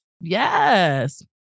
Yes